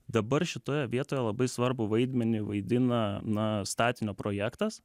dabar šitoje vietoje labai svarbų vaidmenį vaidina na statinio projektas